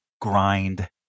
grind